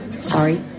Sorry